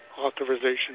Authorization